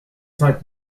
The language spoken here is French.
cinq